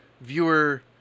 viewer